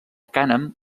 cànem